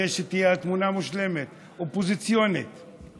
כדי שתהיה תמונה אופוזיציונית מושלמת.